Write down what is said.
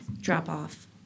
drop-off